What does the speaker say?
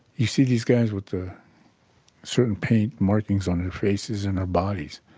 you see these guys with the certain paint markings on their faces and their bodies.